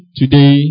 today